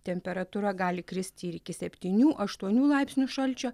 temperatūra gali kristi ir iki septynių aštuonių laipsnių šalčio